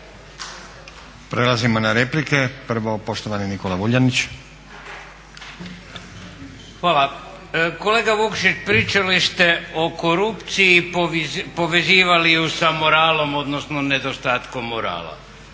Prelazimo na replike. Prvo poštovani Nikola Vuljanić. **Vuljanić, Nikola (Nezavisni)** Hvala. Kolega Vukšić, pričali ste o korupciji, povezivali ju sa moralom odnosno nedostatkom morala.